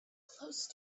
close